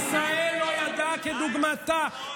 ישראל לא ידעה כדוגמתה.